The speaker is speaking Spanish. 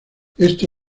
esto